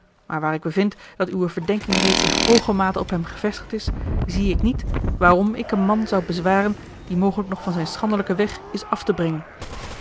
maar waar ik bevind dat uwe verdenking reeds in hooge mate op hem gevestigd is zie ik niet waarom ik een man zou bezwaren die mogelijk nog van zijn schandelijken weg is af te brengen